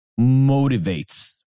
motivates